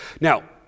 Now